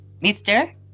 Mister